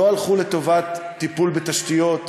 לא הלכו לטובת טיפול בתשתיות,